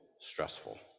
stressful